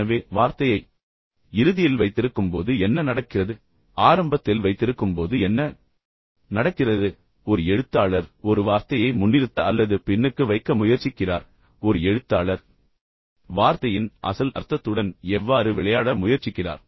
எனவே வார்த்தையை இறுதியில் வைத்திருக்கும்போது என்ன நடக்கிறது ஆரம்பத்தில் வைத்திருக்கும்போது என்ன நடக்கிறது ஒரு எழுத்தாளர் ஒரு வார்த்தையை முன்னிறுத்த அல்லது பின்னுக்கு வைக்க முயற்சிக்கிறார் ஒரு எழுத்தாளர் வார்த்தையின் அசல் அர்த்தத்துடன் எவ்வாறு விளையாட முயற்சிக்கிறார்